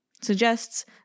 suggests